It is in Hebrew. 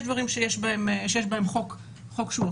יש דברים שיש בהם חוק אחיד,